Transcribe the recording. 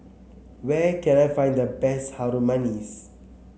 where can I find the best Harum Manis